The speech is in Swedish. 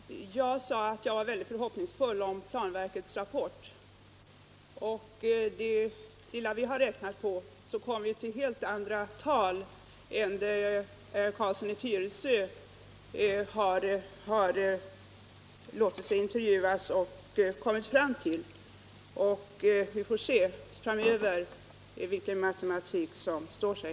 Herr talman! Jag sade att jag var mycket förhoppningsfull med anledning av planverkets rapport. Med det lilla vi har räknat på kommer vi till helt andra tal än dem som herr Carlsson i Tyresö har låtit sig intervjuas om att han har kommit fram till. Vi får se framöver vilken matematik som står sig.